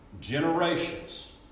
generations